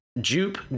Jupe